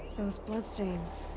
those blood stains.